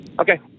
Okay